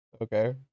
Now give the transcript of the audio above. Okay